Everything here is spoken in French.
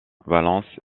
valence